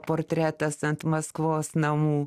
portretas ant maskvos namų